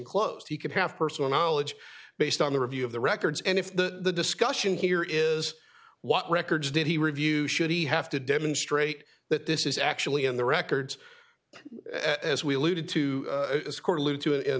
enclosed he could have personal knowledge based on the review of the records and if the discussion here is what records did he review should he have to demonstrate that this is actually in the records as we alluded to